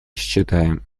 считаем